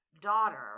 daughter